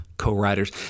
co-writers